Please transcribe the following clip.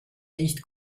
riecht